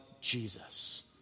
Jesus